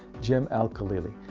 jim al-khalili.